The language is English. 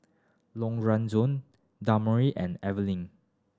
Lorenzo Demario and Evangeline